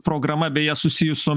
programa beje susijus su